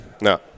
No